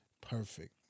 Perfect